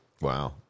Wow